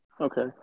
Okay